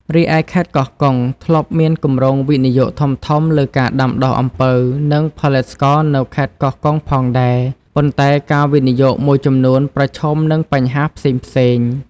រីឯខេត្តកោះកុង ធ្លាប់មានគម្រោងវិនិយោគធំៗលើការដាំដុះអំពៅ និងផលិតស្ករនៅខេត្តកោះកុងផងដែរ ប៉ុន្តែការវិនិយោគមួយចំនួនប្រឈមនឹងបញ្ហាផ្សេងៗ។